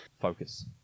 Focus